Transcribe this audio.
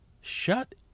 Shut